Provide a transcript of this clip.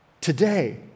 today